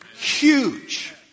Huge